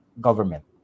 government